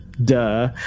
duh